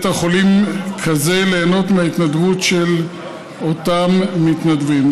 חולים כזה ליהנות מההתנדבות של אותם מתנדבים.